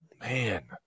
Man